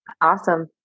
Awesome